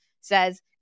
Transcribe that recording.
says